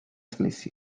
წლის